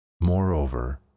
Moreover